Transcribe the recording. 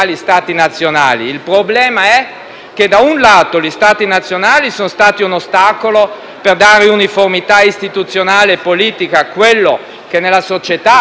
che, da un lato, gli Stati nazionali sono stati un ostacolo per dare uniformità istituzionale e politica a quanto nella società e nell'economia esiste già;